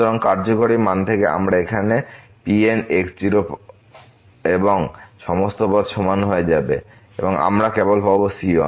সুতরাং কার্যকরী মান থেকে আমরা এখানে পাব Pn x0এবং এই সমস্ত পদ সমান হয়ে যাবে এবং আমরা কেবল পাব c1